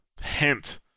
hint